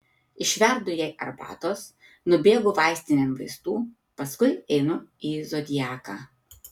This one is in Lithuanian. išverdu jai arbatos nubėgu vaistinėn vaistų paskui einu į zodiaką